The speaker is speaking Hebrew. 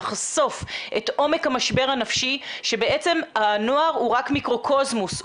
לחשוף את עומק המשבר הנפשי שבעצם הנוער הוא רק מיקרוקוסמוס,